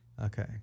Okay